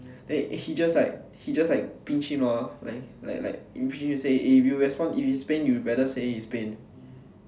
then he just like he just like pinch him lor like like like he say if you respond if it's pain you better say it's pain